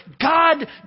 God